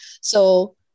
So-